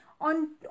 on